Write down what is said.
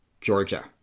Georgia